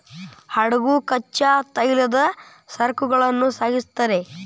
ಹಡಗು ಕಚ್ಚಾ ತೈಲದ ಸರಕುಗಳನ್ನ ಸಾಗಿಸ್ತೆತಿ